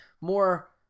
more